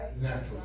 Naturally